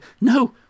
No